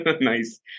Nice